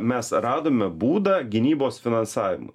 mes radome būdą gynybos finansavimui